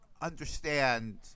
understand